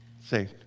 Say